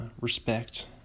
respect